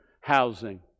housing